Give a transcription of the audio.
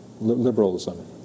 Liberalism